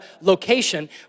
location